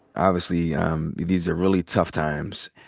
obviously these are really tough times.